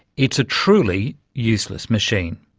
it's a truly useless machine.